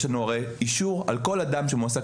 יש לנו הרי אישור כאשר על כל אדם שמועסק